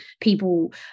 people